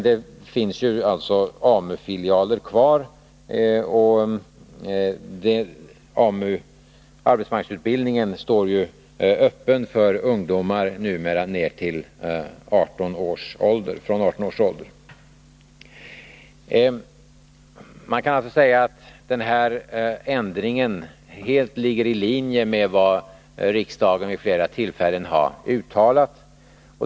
Det finns alltså AMU-filialer kvar, och arbetsmarknadsutbildningen står ju nu öppen för ungdomar från 18 års ålder. Man kan alltså säga att den här ändringen ligger helt i linje med vad riksdagen vid flera tillfällen uttalat.